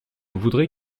voudrais